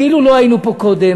כאילו לא היינו פה קודם,